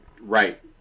right